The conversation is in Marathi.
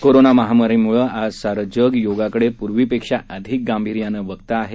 कोरोना महामारीमुळं आज सारं जग योगाकडे पूर्वीपेक्षा अधिक गांभिर्यानं बघत आहे